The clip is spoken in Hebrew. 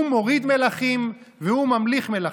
הוא מוריד מלכים והוא ממליך מלכים.